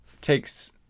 takes